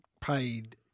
paid